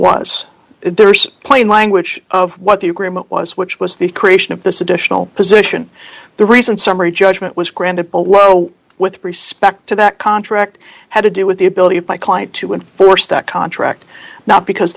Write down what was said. was there's plain language of what the agreement was which was the creation of this additional position the reason summary judgment was granted below with respect to that contract had to do with the ability of my client to enforce that contract not because